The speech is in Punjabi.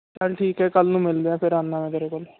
ਚੱਲ ਠੀਕ ਹਾਂ ਕੱਲ੍ਹ ਨੂੰ ਮਿਲਦੇ ਆ ਫਿਰ ਆਉਂਦਾ ਮੈਂ ਤੇਰੇ ਕੋਲ